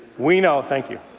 we know thank you.